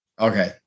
Okay